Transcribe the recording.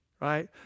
right